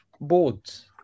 boards